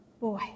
Boy